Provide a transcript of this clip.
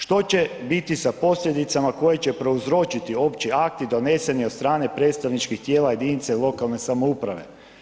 Što će biti sa posljedicama koje će prouzročiti opći akti doneseni od strane predstavničkih tijela jedinica lokalne samouprave?